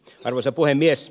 arvoisa puhemies